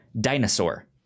dinosaur